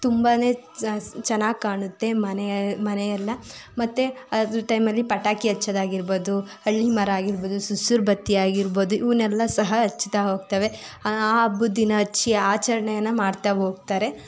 ತುಂಬ ಚೆನ್ನಾಗಿ ಕಾಣುತ್ತೆ ಮನೆಯ ಮನೆಯೆಲ್ಲ ಮತ್ತು ಅದರ ಟೈಮಲ್ಲಿ ಪಟಾಕಿ ಹಚ್ಚೋದಾಗಿರ್ಬೋದು ಹಳ್ಳಿ ಮರ ಆಗಿರ್ಬೋದು ಸುರುಸುರುಬತ್ತಿ ಆಗಿರ್ಬೋದು ಇವನ್ನೆಲ್ಲ ಸಹ ಹಚ್ಚತಾ ಹೋಗ್ತಾರೆ ಆ ಹಬ್ಬದ ದಿನ ಹಚ್ಚಿ ಆಚರಣೆನ ಮಾಡ್ತಾ ಹೋಗ್ತಾರೆ